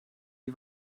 die